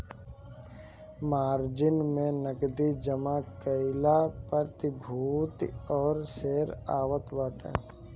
margin में नगदी जमा कईल प्रतिभूति और शेयर आवत बाटे